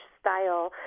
style